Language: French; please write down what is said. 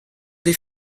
des